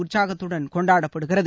உற்சாகத்துடன் கொண்டாடப்படுகிறது